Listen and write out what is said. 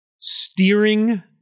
Steering